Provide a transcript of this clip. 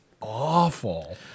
awful